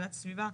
הגנת הסביבה,